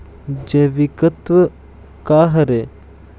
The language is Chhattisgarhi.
जैविकतत्व का हर ए?